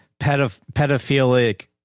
pedophilic